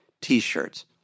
T-shirts